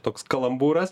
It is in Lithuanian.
toks kalambūras